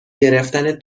گرفتن